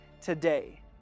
today